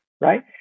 right